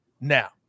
now